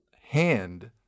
hand